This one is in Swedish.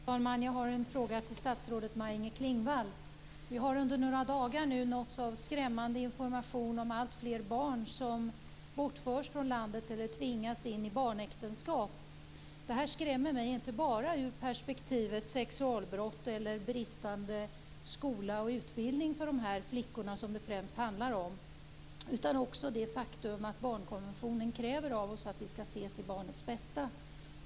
Fru talman! Jag har en fråga till statsrådet Maj Inger Klingvall. Vi har under några dagar nu nåtts av skrämmande information om att alltfler barn bortförs från landet eller tvingas in i barnäktenskap. Det här skrämmer mig, inte bara ur perspektivet med sexualbrott eller bristande skola och utbildning för de här flickorna, som det främst handlar om, utan också med tanke på det faktum att barnkonventionen kräver av oss att vi skall se till barnets bästa.